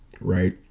right